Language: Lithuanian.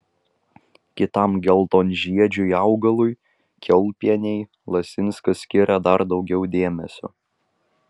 kitam geltonžiedžiui augalui kiaulpienei lasinskas skiria dar daugiau dėmesio